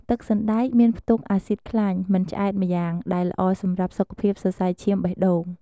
ទឹកសណ្តែកមានផ្ទុកអាស៊ីតខ្លាញ់មិនឆ្អែតម្យ៉ាង ដែលល្អសម្រាប់សុខភាពសរសៃឈាមបេះដូង។